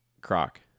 Croc